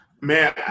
Man